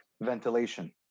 ventilation